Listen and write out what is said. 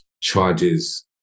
charges